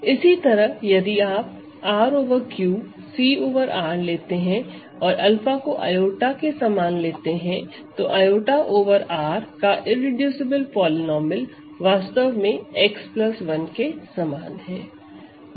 इसी तरह यदि आप R over Q C over R लेते हैं और 𝛂 को i के समान लेते हैं तो i ओवर R का इररेडूसिबल पॉलीनोमिअल वास्तव में x 1 के समान है